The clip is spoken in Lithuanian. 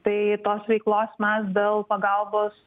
tai tos veiklos mes dėl pagalbos